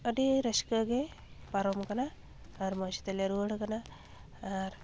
ᱟᱹᱰᱤ ᱨᱟᱹᱥᱠᱹᱜᱮ ᱯᱟᱨᱚᱢ ᱠᱟᱱᱟ ᱟᱨ ᱢᱚᱡᱽ ᱛᱮᱞᱮ ᱨᱩᱣᱟᱹᱲ ᱠᱟᱱᱟ ᱟᱨ